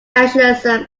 nationalism